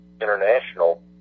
international